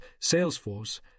Salesforce